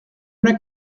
una